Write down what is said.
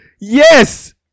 yes